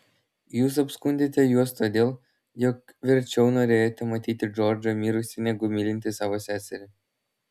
jūs apskundėte juos todėl jog verčiau norėjote matyti džordžą mirusį negu mylintį savo seserį